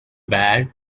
bad